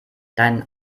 dein